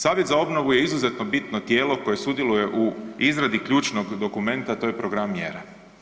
Savjet za obnovu je izuzetno bitno tijelo koje sudjeluje u izradi ključnog dokumenta, a to je program mjera.